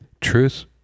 Truth